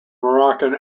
moroccan